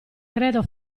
credo